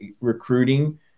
recruiting